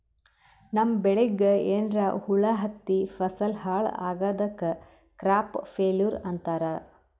ನಮ್ಮ್ ಬೆಳಿಗ್ ಏನ್ರಾ ಹುಳಾ ಹತ್ತಿ ಫಸಲ್ ಹಾಳ್ ಆಗಾದಕ್ ಕ್ರಾಪ್ ಫೇಲ್ಯೂರ್ ಅಂತಾರ್